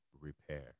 repair